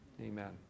Amen